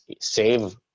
save